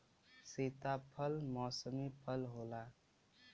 सीताफल मौसमी फल होला